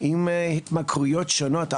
עם התמכרויות שונות,